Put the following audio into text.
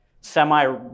semi